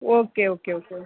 okay okay okay